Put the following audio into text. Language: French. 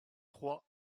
trois